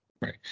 right